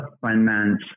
finance